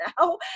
now